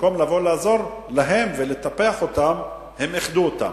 במקום לבוא לעזור להן ולטפח אותן הם איחדו אותן,